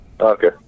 Okay